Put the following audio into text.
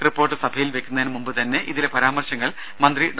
report സഭയിൽ വെക്കുന്നതിന് മുമ്പ് തന്നെ ഇതിലെ പരാമർശങ്ങൾ മന്ത്രി ഡോ